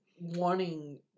wanting